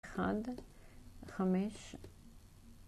אחת, חמש,